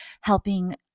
Helping